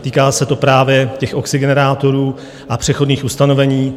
Týká se to právě oxygenerátorů a přechodných ustanovení.